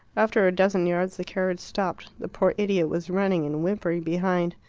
after a dozen yards the carriage stopped. the poor idiot was running and whimpering behind.